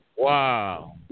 Wow